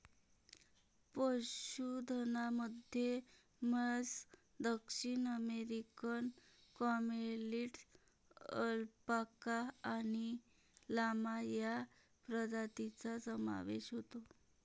पशुधनामध्ये म्हैस, दक्षिण अमेरिकन कॅमेलिड्स, अल्पाका आणि लामा या प्रजातींचा समावेश होतो